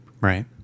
Right